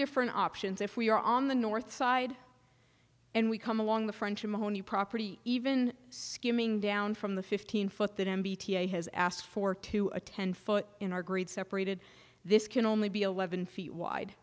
different options if we are on the north side and we come along the french ammonia property even skimming down from the fifteen foot that m b t has asked for to a ten foot in our grade separated this can only be eleven feet wide